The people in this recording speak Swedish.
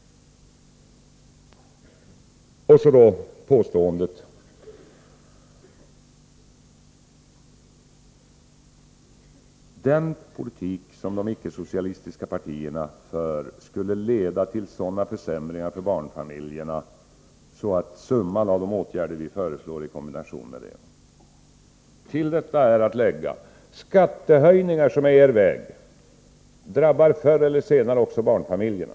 Och så påståendet: Den politik som de icke-socialistiska partierna för skulle leda till sådana försämringar för barnfamiljerna att det motsvarar summan av de åtgärder vi föreslår. Till detta är att lägga: För det första drabbar skattehöjningar, som är er väg, förr eller senare också barnfamiljerna.